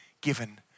given